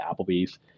Applebee's